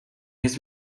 his